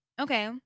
Okay